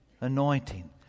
anointing